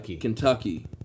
Kentucky